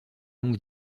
longue